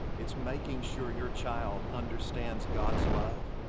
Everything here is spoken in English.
it's making sure your child understands god's love,